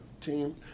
team